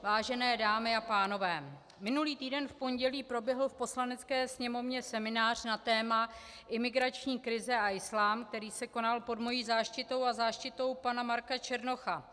Vážené dámy a pánové, minulý týden v pondělí proběhl v Poslanecké sněmovně seminář na téma Imigrační krize a islám, který se konal pod mou záštitou a záštitou pana Marka Černocha.